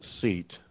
seat